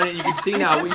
you can see now,